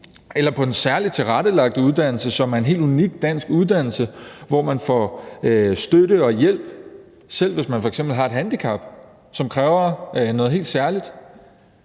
eller til en særligt tilrettelagt uddannelse, som er en helt unik dansk uddannelse, hvor man får støtte og hjælp, selv hvis man f.eks. har et handicap, som kræver noget helt særligt.